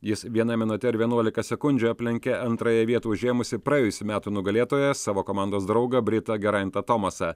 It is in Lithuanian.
jis viena minute ir vienuolika sekundžių aplenkė antrąją vietą užėmusį praėjusių metų nugalėtoją savo komandos draugą britą geraintą tomasą